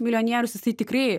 milijonierius jisai tikrai